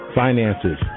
finances